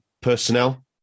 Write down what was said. personnel